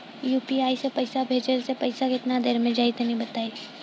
UPI से पईसा भेजलाऽ से पईसा केतना देर मे जाई तनि बताई?